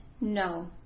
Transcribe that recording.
no